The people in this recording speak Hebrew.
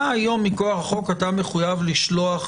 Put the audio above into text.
מה היום מכוח החוק אתה מחויב לשלוח